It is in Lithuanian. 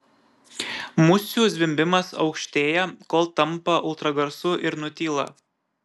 musių zvimbimas aukštėja kol tampa ultragarsu ir nutyla